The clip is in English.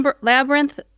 Labyrinth